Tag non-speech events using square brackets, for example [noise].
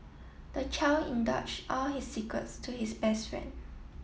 the child [unintelligible] all his secrets to his best friend